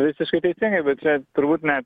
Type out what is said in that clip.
visiškai teisingai bet čia turbūt ne